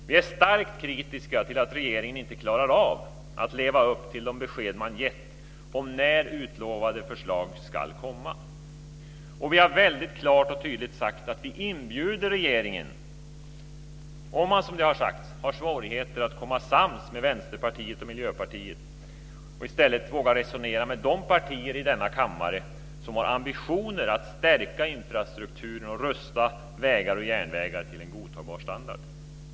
Vi är starkt kritiska till att regeringen inte klarar av att leva upp till de besked man gett om när utlovade förslag ska komma. Vi har också väldigt klart och tydligt sagt att vi inbjuder regeringen - om man, som det har sagts, har svårigheter att komma sams med Vänsterpartiet och Miljöpartiet - att i stället våga resonera med de partier i denna kammare som har ambitioner att stärka infrastrukturen och rusta vägar och järnvägar till en godtagbar standard.